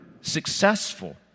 successful